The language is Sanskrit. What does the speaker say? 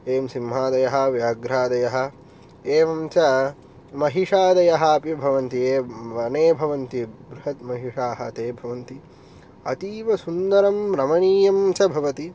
एवं सिंहादयः व्याघ्रादयः एवञ्च महिषादयः अपि भवन्ति एव वने भवन्ति बृहत् महिषाः ते भवन्ति अतीव सुन्दरं रमणीयञ्च भवति